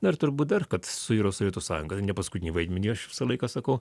na ir turbūt dar kad suiro sovietų sąjunga ne paskutinį vaidmenį aš visą laiką sakau